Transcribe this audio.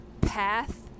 path